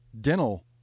dental